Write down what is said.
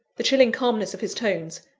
the chilling calmness of his tones,